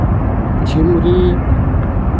ᱡᱷᱤᱢᱨᱤ